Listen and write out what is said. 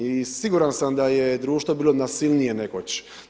I siguran sam da je društvo bilo nasilnije nekoć.